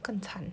更惨